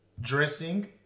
dressing